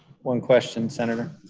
one question, senator.